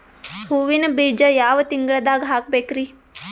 ಹೂವಿನ ಬೀಜ ಯಾವ ತಿಂಗಳ್ದಾಗ್ ಹಾಕ್ಬೇಕರಿ?